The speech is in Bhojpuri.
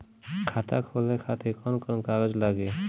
खाता खोले खातिर कौन कौन कागज लागी?